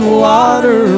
water